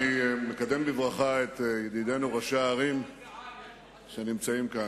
אני מקדם בברכה את ידידינו ראשי הערים שנמצאים כאן,